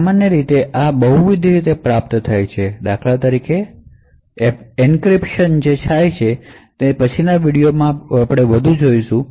સામાન્ય આ બહુવિધ રીતે પ્રાપ્ત થાય છે ઉદાહરણ તરીકે એન્ક્રિપ્શન છે જે થાય છે અને તે આપણે પછીના વિડિઓમાં વધુ જોશું